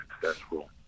successful